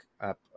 up